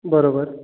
बरोबर